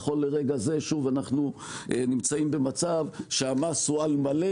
נכון לרגע זה אנחנו נמצאים במצב שהמס הוא על מלא,